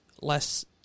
less